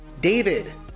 David